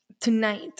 tonight